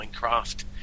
minecraft